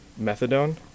methadone